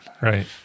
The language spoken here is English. Right